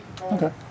Okay